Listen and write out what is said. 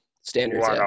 Standards